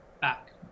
back